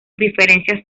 diferencias